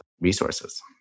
resources